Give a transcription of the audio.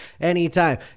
Anytime